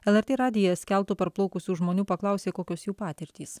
lrt radijas keltu parplaukusių žmonių paklausė kokios jų patirtys